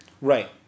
Right